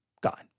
God